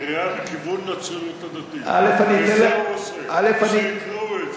"קריאת כיוון לציונות הדתית"; שיקראו את זה.